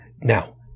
Now